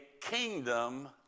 kingdom